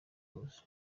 hose